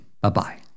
Bye-bye